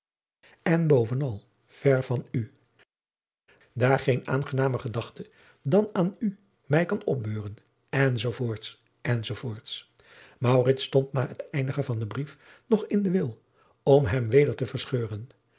en bovenal ver van u daar geen aangenamer gedachte dan aan u mij kan opbeuren enz maurits stond na het eindigen van den brief nog in den wil om hem weder te verscheuren